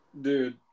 Dude